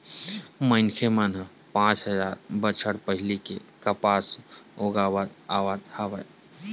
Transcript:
मनखे मन पाँच हजार बछर पहिली ले कपसा उगावत आवत हवय